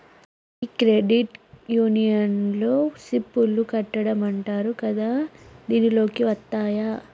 ఈ క్రెడిట్ యూనియన్లో సిప్ లు కట్టడం అంటారు కదా దీనిలోకి వత్తాయి